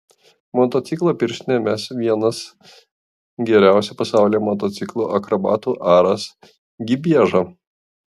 motociklo pirštinę mes vienas geriausių pasaulyje motociklų akrobatų aras gibieža